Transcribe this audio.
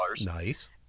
Nice